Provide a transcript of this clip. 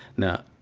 now,